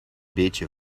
beetje